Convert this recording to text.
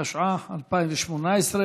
התשע"ח 2018,